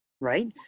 right